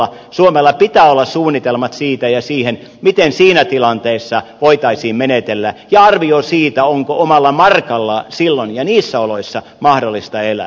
suomella pitää olla suunnitelmat siitä ja siihen miten siinä tilanteessa voitaisiin menetellä ja arvio siitä onko omalla markalla silloin ja niissä oloissa mahdollista elää